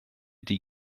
die